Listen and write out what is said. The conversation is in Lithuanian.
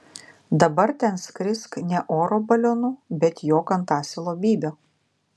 dabar ten skrisk ne oro balionu bet jok ant asilo bybio